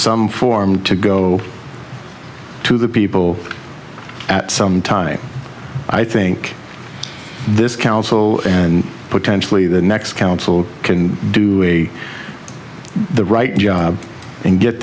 some form to go to the people at some time i think this council and potentially the next council can do the right job and get